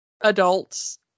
adults